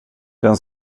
den